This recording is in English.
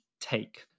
take